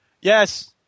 Yes